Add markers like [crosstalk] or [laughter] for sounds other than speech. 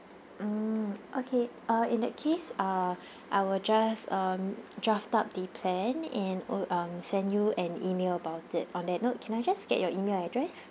mm okay uh in that case uh [breath] I will just um draft up the plan and o~ mm send you an email about it on that note can I just get your email address